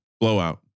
blowout